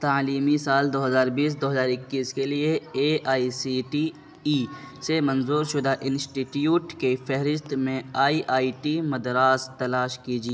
تعلیمی سال دو ہزار بیس دو ہزار اکیس کے لیے A I C T E سے منظور شدہ انسٹیٹیوٹ کے فہرست میں آئی آئی ٹی مدراس تلاش کیجیے